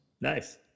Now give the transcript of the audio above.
Nice